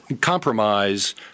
compromise